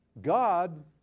God